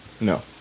No